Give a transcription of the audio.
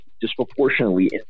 disproportionately